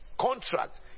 Contract